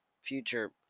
Future